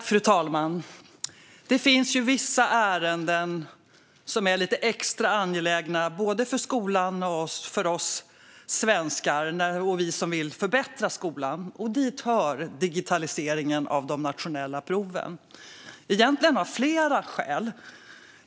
Fru talman! Det finns vissa ärenden som är lite extra angelägna för skolan, för oss svenskar och för oss som vill förbättra skolan. Dit hör digitaliseringen av de nationella proven. Så är det egentligen av flera skäl.